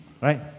right